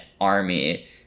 army